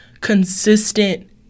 consistent